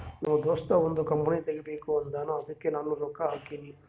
ನಮ್ ದೋಸ್ತ ಒಂದ್ ಕಂಪನಿ ತೆಗಿಬೇಕ್ ಅಂದಾನ್ ಅದ್ದುಕ್ ನಾನೇ ರೊಕ್ಕಾ ಹಾಕಿನಿ